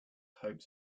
hopes